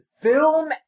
Film